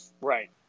Right